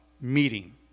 meeting